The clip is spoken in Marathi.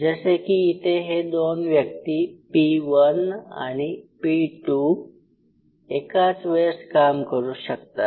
जसे की इथे हे दोन व्यक्ती P1 आणि P2 एकाच वेळेस काम करू शकतात